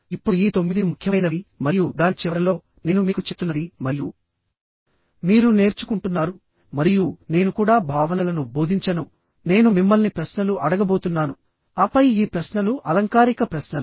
ఇప్పుడు ఈ తొమ్మిది ముఖ్యమైనవి మరియు దాని చివరలో నేను మీకు చెప్తున్నది మరియు మీరు నేర్చుకుంటున్నారు మరియు నేను కూడా భావనలను బోధించను నేను మిమ్మల్ని ప్రశ్నలు అడగబోతున్నాను ఆపై ఈ ప్రశ్నలు అలంకారిక ప్రశ్నలు